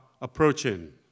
approaching